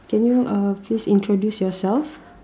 can you uh please introduce yourself